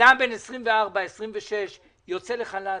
אדם בן 26-24 שיוצא לחל"ת,